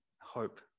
hope